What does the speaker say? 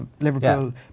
Liverpool